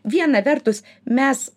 viena vertus mes